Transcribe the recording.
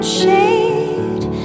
shade